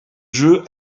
jeu